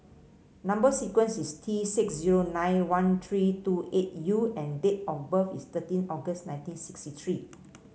number sequence is T six zero nine one three two eight U and date of birth is thirteen August nineteen sixty three